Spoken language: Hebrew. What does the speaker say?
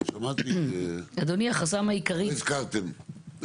זה אגב חסם שלא הזכרתם.